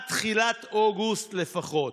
עד תחילת אוגוסט לפחות.